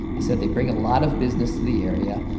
they said they bring a lot of business to the area,